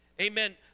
Amen